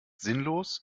sinnlos